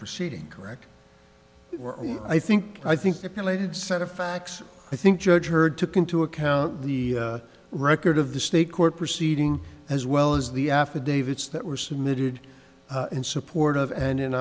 proceeding correct i think i think the plated set of facts i think judge heard took into account the record of the state court proceeding as well as the affidavits that were submitted in support of and in